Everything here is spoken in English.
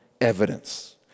evidence